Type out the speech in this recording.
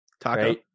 Taco